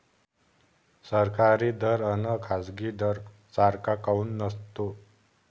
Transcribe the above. सरकारी दर अन खाजगी दर सारखा काऊन नसतो?